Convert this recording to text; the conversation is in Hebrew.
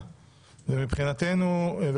אתה תשמע למה החוק הזה טוב,